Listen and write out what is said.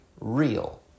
real